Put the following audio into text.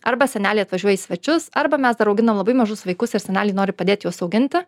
arba seneliai atvažiuoja į svečius arba mes dar auginam labai mažus vaikus ir seneliai nori padėti juos auginti